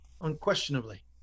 unquestionably